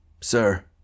Sir